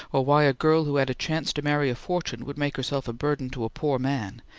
or why a girl who had a chance to marry a fortune would make herself a burden to a poor man,